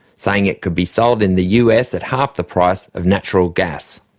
saying it could be sold in the us at half the price of natural gas.